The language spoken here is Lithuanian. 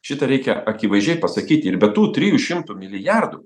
šitą reikia akivaizdžiai pasakyti ir be tų trijų šimtų milijardų